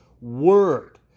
word